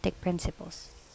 Principles